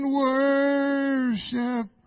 worship